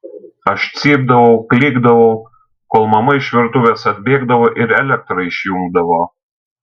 aš cypdavau klykdavau kol mama iš virtuvės atbėgdavo ir elektrą išjungdavo